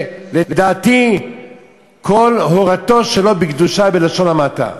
שלדעתי כל הורתו שלא בקדושה, בלשון המעטה.